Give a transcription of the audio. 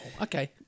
okay